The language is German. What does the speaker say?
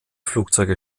flugzeuge